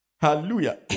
Hallelujah